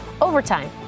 Overtime